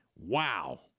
Wow